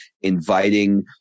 inviting